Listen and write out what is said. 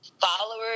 followers